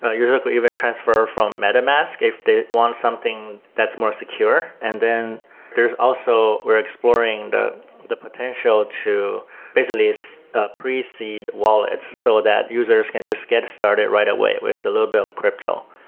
a user to even transfer from metamask if they want something that's more secure. and then there's also we're exploring the the potential to basically ah pre-seed wallets so that users can just get started right away with a little bit of crypto.